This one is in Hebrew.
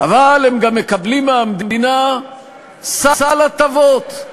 אבל הם גם מקבלים מהמדינה סל הטבות,